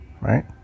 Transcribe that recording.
Right